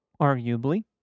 arguably